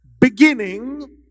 beginning